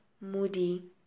Moody